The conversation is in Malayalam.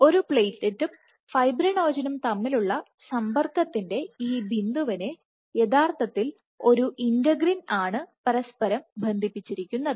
ഒരു പ്ലേറ്റ്ലെറ്റും ഫൈബ്രിനോജനും തമ്മിലുള്ള സമ്പർക്കത്തിന്റെ ഈ ബിന്ദുവിനെ യഥാർത്ഥത്തിൽ ഒരുഇന്റഗ്രിൻ ആണ് പരസ്പരം ബന്ധിപ്പിച്ചിരിക്കുന്നത്